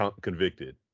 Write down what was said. Convicted